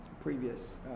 previous